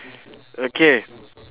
okay